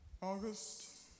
August